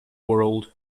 world